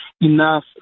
enough